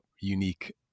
unique